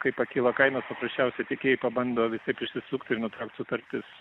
kai pakyla kainos paprasčiausiai tiekėjai pabando visaip išsisukt ir nutraukt sutartis